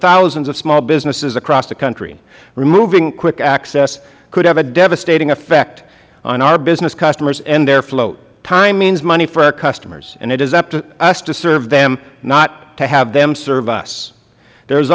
thousands of small businesses across the country removing quick access could have a devastating effect on our business customers and their float time means money for our customers and it is up to us to serve them not to have them serve us there